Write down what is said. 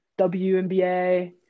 WNBA